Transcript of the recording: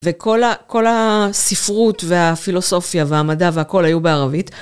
וכל הספרות והפילוסופיה והמדע והכל היו בערבית.